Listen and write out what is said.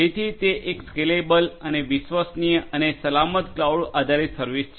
જેથી તે સ્કેલેબલ અને વિશ્વસનીય અને સલામત ક્લાઉડ આધારિત સર્વિસ છે